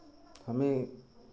हमें